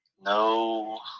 No